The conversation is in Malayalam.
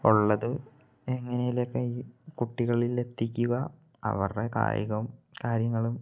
ഉള്ളത് എങ്ങനേലും ഒക്കെ ഈ കുട്ടികളിൽ എത്തിക്കുക അവരുടെ കായികം കാര്യങ്ങളും